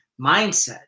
mindset